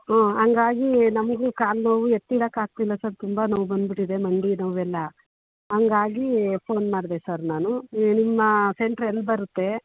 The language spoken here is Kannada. ಹ್ಞೂ ಹಂಗಾಗಿ ನಮಗೂ ಕಾಲು ನೋವು ಎತ್ತಿಡಕ್ಕೆ ಆಗ್ತಿಲ್ಲ ಸರ್ ತುಂಬ ನೋವು ಬಂದುಬಿಟ್ಟಿದೆ ಮಂಡಿ ನೋವು ಎಲ್ಲ ಹಂಗಾಗಿ ಫೋನ್ ಮಾಡಿದೆ ಸರ್ ನಾನು ಏ ನಿಮ್ಮ ಸೆಂಟ್ರ್ ಎಲ್ಲಿ ಬರುತ್ತೆ